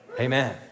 Amen